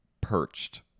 perched